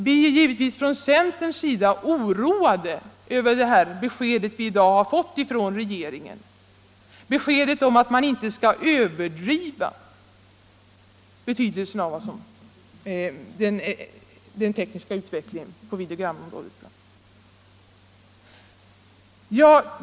Vi är givetvis inom centern oroade över det besked vi i dag fått om regeringens inställning, nämligen att man inte skall överdriva betydelsen av den tekniska utvecklingen på videogramområdet.